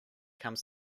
comes